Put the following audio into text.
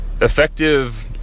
effective